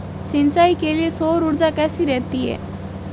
सिंचाई के लिए सौर ऊर्जा कैसी रहती है?